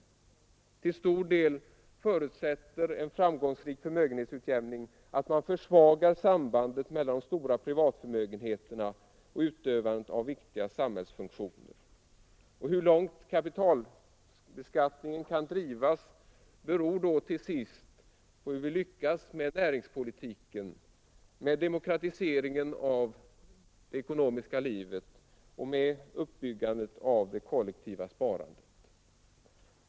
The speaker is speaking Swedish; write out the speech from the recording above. Till stor del förutsätter en framgångsrik förmögenhetsutjämning att man försvagar sambandet mellan de stora privatförmögenheterna och utövandet av viktiga samhällsfunktioner. Hur långt kapitalbeskattningen kan drivas beror till sist på hur vi lyckas med näringspolitiken, med demokratiseringen av det ekonomiska livet och med uppbyggandet av det kollektiva sparandet.